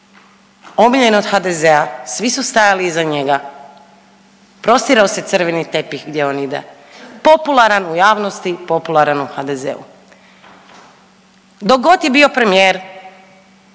omiljen od HDZ-a, svi su stajali iza njega, prostirao se crveni tepih gdje on ide, popularan u javnosti, popularan u HDZ-u. Dok god je bio premijer